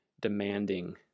demanding